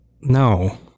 No